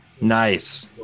nice